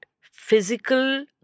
physical